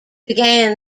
began